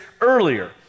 earlier